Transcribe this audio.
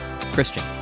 Christian